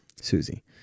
Susie